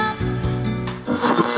up